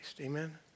Amen